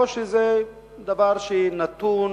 או שזה דבר שנתון,